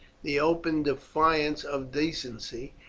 the open defiance of decency,